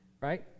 right